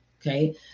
okay